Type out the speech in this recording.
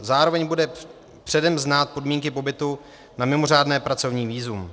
Zároveň bude předem znát podmínky pobytu na mimořádné pracovní vízum.